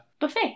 Buffet